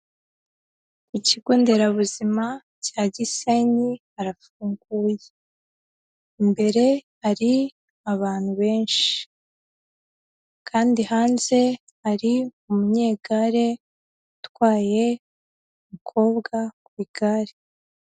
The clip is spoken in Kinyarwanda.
Ikigo nderabuzima cya Gisenyi kirafunguye, imbere hari abantu benshi kandi hanze ari umunyegare utwaye umukobwa ku igare.